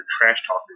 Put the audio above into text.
trash-talking